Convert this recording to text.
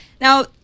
Now